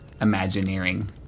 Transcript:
Imagineering